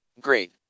Great